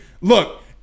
look